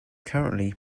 currently